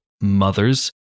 Mothers